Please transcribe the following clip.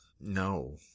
No